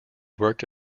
worked